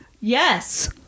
Yes